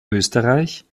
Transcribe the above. österreich